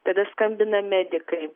tada skambina medikai